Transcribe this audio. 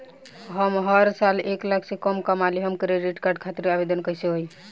हम हर साल एक लाख से कम कमाली हम क्रेडिट कार्ड खातिर आवेदन कैसे होइ?